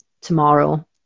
tomorrow